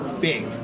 Big